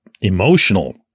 emotional